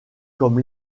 comme